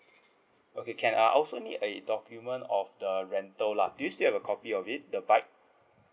okay can I also need a document of the rental lah do you still have a copy of it the bike